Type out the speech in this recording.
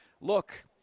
look